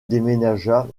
déménagea